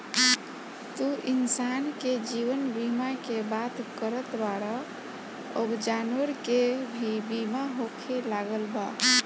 तू इंसान के जीवन बीमा के बात करत बाड़ऽ अब जानवर के भी बीमा होखे लागल बा